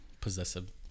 possessive